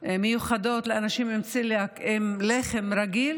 מיוחדות לאנשים עם צליאק ללחם רגיל,